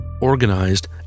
organized